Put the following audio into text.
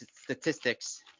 statistics